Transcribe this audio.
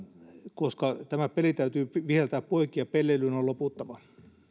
koska tämä peli täytyy viheltää poikki ja pelleilyn on loputtava